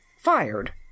fired